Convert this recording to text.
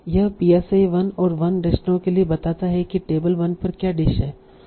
यह psi1 और 1 restaurant के लिए बताता है कि टेबल 1 पर क्या डिश है